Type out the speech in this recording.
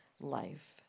life